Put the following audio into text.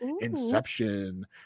Inception